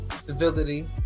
civility